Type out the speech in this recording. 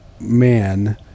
man